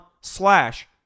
slash